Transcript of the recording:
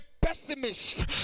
pessimist